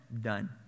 done